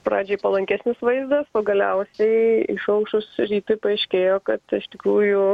pradžioj palankesnis vaizdas o galiausiai išaušus rytui paaiškėjo kad iš tikrųjų